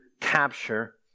capture